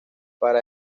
para